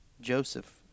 Joseph